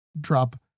drop